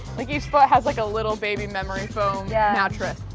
like each foot has like a little baby memory foam yeah mattress.